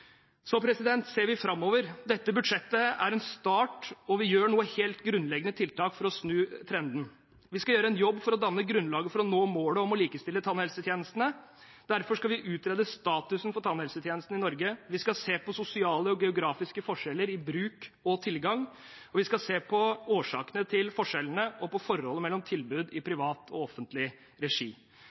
ser framover. Dette budsjettet er en start, og vi gjør noen helt grunnleggende tiltak for å snu trenden. Vi skal gjøre en jobb for å danne grunnlag for å nå målet om å likestille tannhelsetjenestene. Derfor skal vi utrede status for tannhelsetjenesten i Norge. Vi skal se på sosiale og geografiske forskjeller i bruk og tilgang, og vi skal se på årsakene til forskjellene og på forholdet mellom tilbud i privat og offentlig regi.